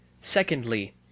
Secondly